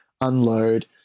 unload